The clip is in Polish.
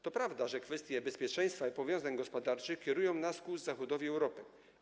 To prawda, że kwestie bezpieczeństwa i powiązań gospodarczych kierują nas ku zachodowi Europy.